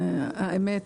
האמת,